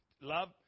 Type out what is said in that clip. Love